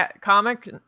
comic